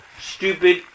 stupid